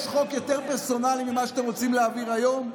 יש חוק יותר פרסונלי ממה שאתם רוצים להעביר היום?